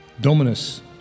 Dominus